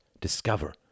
discover